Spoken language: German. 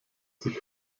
sich